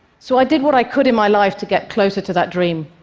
so i did what i could in my life to get closer to that dream.